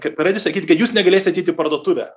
kai pradedi sakyti kad jūs negalėsite ateit į parduotuvę